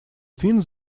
фин